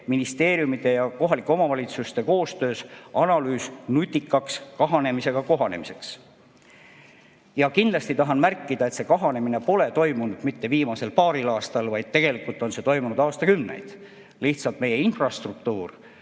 ministeeriumide ja kohalike omavalitsuste koostöös analüüs "Nutikas kahanemisega kohanemine Eestis". Kindlasti tahan märkida, et see kahanemine pole toimunud mitte viimasel paaril aastal, vaid tegelikult on see toimunud aastakümneid. Lihtsalt meie infrastruktuur